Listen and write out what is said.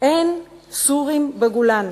אין סורים בגולן,